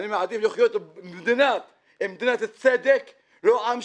אני מעדיף לחיות במדינת צדק, לא עם שלי.